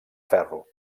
ferro